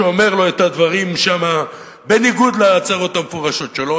שאומר לו את הדברים שם בניגוד להצהרות המפורשות שלו,